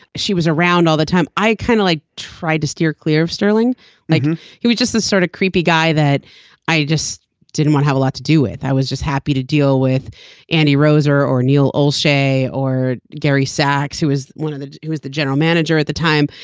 she was around all the time. i kind of like tried to steer clear of sterling like he was just this sort of creepy guy that i just didn't want have a lot to do with. i was just happy to deal with andy roser or neil old shea or gary sacks who is one of the who was the general manager at the time.